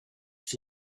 for